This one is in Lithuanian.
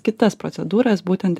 kitas procedūras būtent